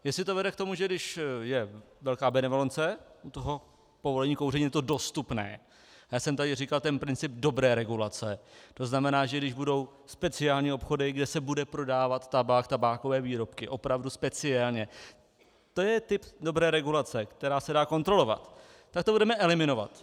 Jestli to vede k tomu, že když je velká benevolence u povolení kouření, je to dostupné já jsem tady říkal ten princip dobré regulace, tzn. že když budou speciální obchody, kde se bude prodávat tabák, tabákové výrobky opravdu speciálně, to je typ dobré regulace, která se dá kontrolovat, tak to budeme eliminovat.